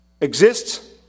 exists